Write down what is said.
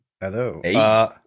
Hello